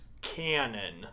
canon